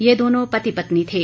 ये दोनों पति पत्नी थे